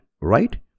right